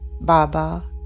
Baba